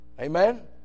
Amen